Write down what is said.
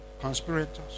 Conspirators